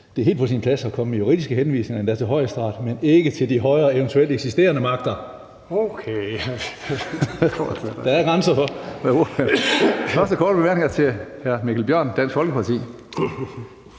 det er helt på sin plads at komme med juridiske henvisninger endda til Højesteret, men ikke til de højere eventuelt eksisterende magter. (Preben Bang Henriksen (V): Okay). Den første korte bemærkning er til hr. Mikkel Bjørn, Dansk Folkeparti.